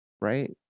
right